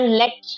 let